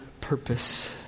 purpose